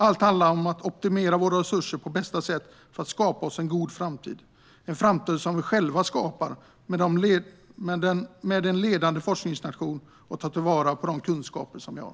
Allt handlar om att optimera våra resurser på bästa sätt för att skapa oss en god framtid - en framtid som vi själva skapar genom att vara en ledande forskningsnation och ta vara på de kunskaper vi har.